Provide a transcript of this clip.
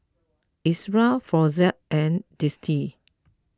Ezerra Floxia and Dentiste